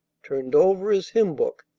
turned over his hymn-book,